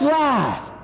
life